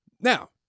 Now